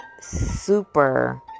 super